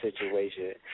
situation